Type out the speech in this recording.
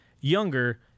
younger